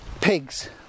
pigs